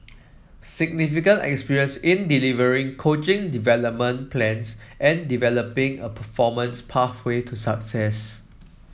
significant experience in delivering coaching development plans and developing a performance pathway to success